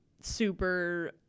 super